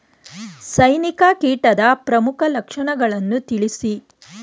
ಸೈನಿಕ ಕೀಟದ ಪ್ರಮುಖ ಲಕ್ಷಣಗಳನ್ನು ತಿಳಿಸಿ?